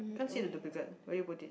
can't see the duplicate where you put it